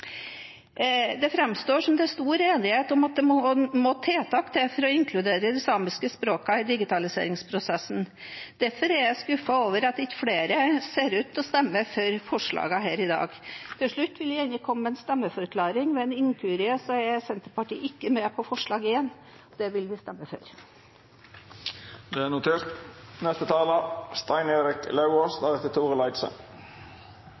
Det framstår som at det er stor enighet om at det må tiltak til for å inkludere de samiske språkene i digitaliseringsprosessen. Derfor er jeg skuffet over at ikke flere ser ut til å stemme for forslagene her i dag. Til slutt vil jeg komme med en stemmeforklaring. Ved en inkurie er Senterpartiet ikke med på forslag nr. 1. Det vil vi stemme for. Det er notert.